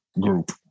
group